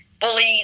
bullied